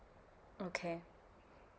okay